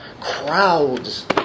crowds